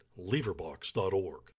Leverbox.org